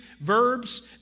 verbs